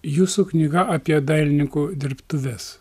jūsų knyga apie dailininkų dirbtuves